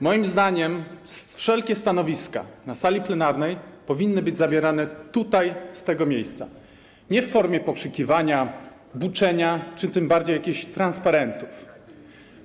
Moim zdaniem wszelkie stanowiska na sali plenarnej powinny być zajmowane tutaj, z tego miejsca, nie w formie pokrzykiwania, buczenia, a tym bardziej jakiś transparentów.